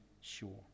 sure